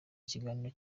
kiganiro